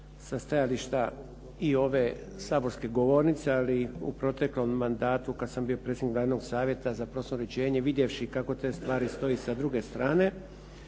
sa stajališta i ove saborske govornice, ali i u proteklom mandatu kad sam bio predsjednik Glavnog savjeta za prostorno uređenje, vidjevši kako te stvari stoje i sa druge strane,